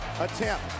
attempt